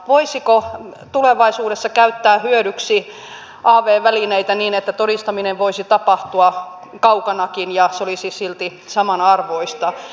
voisiko tulevaisuudessa käyttää hyödyksi av välineitä niin että todistaminen voisi tapahtua kaukanakin ja se olisi silti samanarvoista